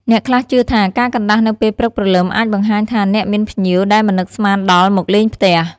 អ្នកខ្លះជឿថា ការកណ្តាស់នៅពេលព្រឹកព្រលឹមអាចបង្ហាញថាអ្នកមានភ្ញៀវដែលមិននឹកស្មានដល់មកលេងផ្ទះ។